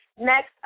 Next